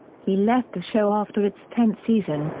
he left the show after its tenth season,